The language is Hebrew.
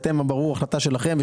ברור שזאת החלטה שלכם,